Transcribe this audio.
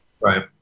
Right